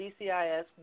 DCIS